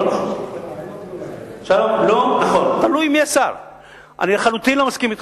הכלכלה בישראל בשנים האחרונות מנוהלת במשרד